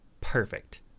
perfect